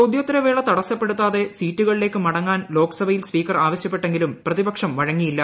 ചോദ്യോത്തര വേള തടസ്റ്റപ്പെടുത്താതെ സീറ്റുകളിലേക്ക് മടങ്ങാൻ ലോക്സഭയിൽ സ്പീക്കർ ആവശ്യപ്പെട്ടെങ്കിലും പ്രതിപക്ഷം വഴങ്ങിയില്ല